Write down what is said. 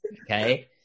Okay